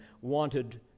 wanted